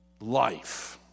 life